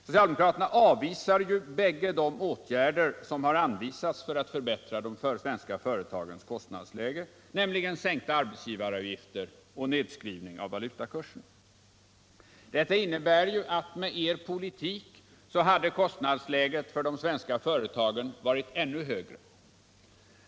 Socialdemokraterna avvisar ju båda de åtgärder som har anvisats för att förbättra de svenska företagens kostnadsläge: sänkta arbetsgivaravgifter och en nedskrivning av valutakursen. Detta innebär att med er politik hade kostnadsläget i dag varit ännu högre för de svenska företagen.